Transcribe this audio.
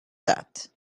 that